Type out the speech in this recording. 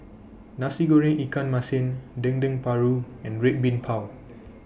Nasi Goreng Ikan Masin Dendeng Paru and Red Bean Bao